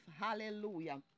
Hallelujah